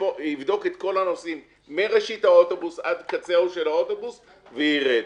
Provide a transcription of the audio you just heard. יבדוק את כל הנוסעים מראשית האוטובוס עד קצהו של האוטובוס ויירד.